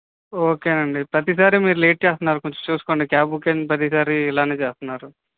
okay అండి ప్రతీ సారీ మీరు లేట్ చేస్తున్నారు కొంచెం చూసుకోండి క్యాబ్ బుక్ అయిన ప్రతిసారీ ఇలానే చేస్తున్నారు